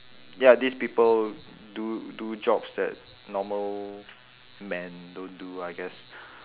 ya these people do do jobs that normal men don't do I guess